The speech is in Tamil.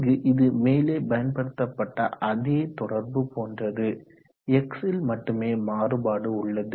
இங்கு இது மேலே பயன்படுத்தப்பட்ட அதே தொடர்பு போன்றது X ல் மட்டுமே மாறுபாடு உள்ளது